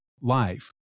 life